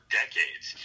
decades